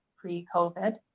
pre-COVID